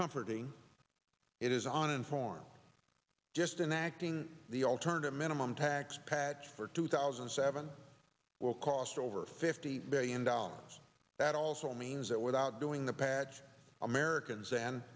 comforting it is on informal just in acting the alternative minimum tax patch for two thousand and seven will cost over fifty billion dollars that also means that without doing the patch americans and